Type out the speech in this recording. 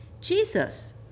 Jesus